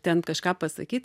ten kažką pasakyt